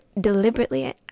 deliberately